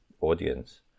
audience